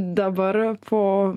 dabar po